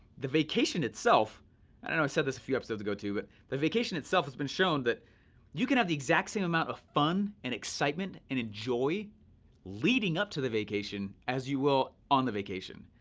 the vacation itself, i know i said this a few episodes ago but the vacation itself has been shown that you can have the exact same amount of fun and excitement and enjoy leading up to the vacation as you will on the vacation,